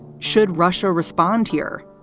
should russia respond here?